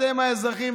אתם האזרחים,